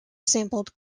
sampled